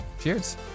Cheers